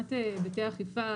מבחינת היבטי אכיפה,